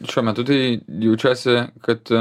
šiuo metu tai jaučiuosi kad